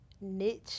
niche